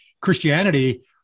Christianity